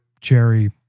cherry